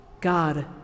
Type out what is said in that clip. God